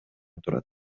турат